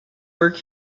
work